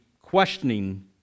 questioning